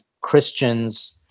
Christians